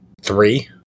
three